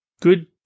good